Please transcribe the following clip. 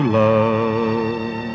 love